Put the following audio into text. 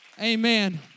Amen